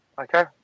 Okay